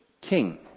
king